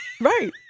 Right